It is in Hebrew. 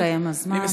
הסתיים הזמן.